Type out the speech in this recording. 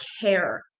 care